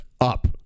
up